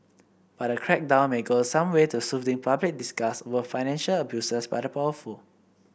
but the crackdown may go some way to soothing public disgust over financial abuses by the powerful